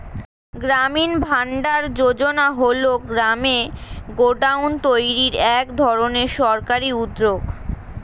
গ্রামীণ ভান্ডার যোজনা হল গ্রামে গোডাউন তৈরির এক ধরনের সরকারি উদ্যোগ